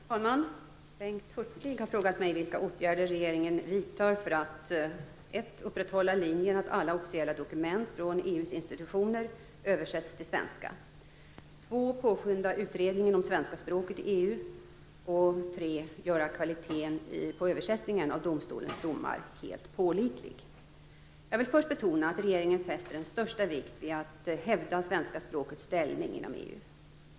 Fru talman! Bengt Hurtig har frågat mig vilka åtgärder regeringen vidtar för att 2. påskynda utredningen om svenska språket i EU, 3. göra kvaliteten på översättningen av domstolens domar helt pålitlig. Jag vill först betona att regeringen fäster den största vikt vid att hävda svenska språkets ställning inom EU.